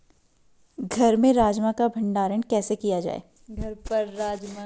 घर पर राजमा का भण्डारण कैसे किया जाय?